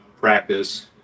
practice